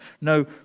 No